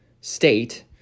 state